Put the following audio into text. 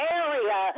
area